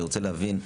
אני רוצה להבין,